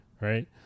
right